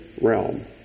realm